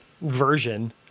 version